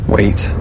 Wait